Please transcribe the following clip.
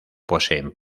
poseen